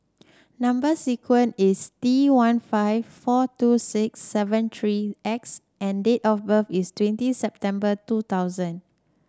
number sequence is T one five four two six seven three X and date of birth is twenty September two thousand